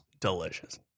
delicious